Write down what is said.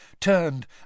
turned